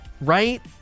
right